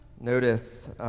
Notice